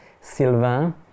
Sylvain